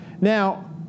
Now